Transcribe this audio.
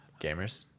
gamers